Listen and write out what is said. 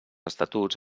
estatuts